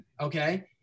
okay